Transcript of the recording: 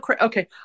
okay